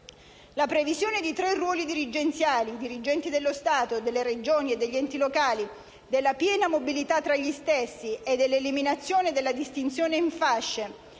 La previsione di tre ruoli dirigenziali (dirigenti dello Stato, delle Regioni e degli enti locali), della piena mobilità tra gli stessi e dell'eliminazione della distinzione in fasce,